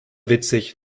witzig